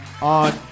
on